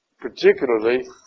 Particularly